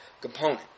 component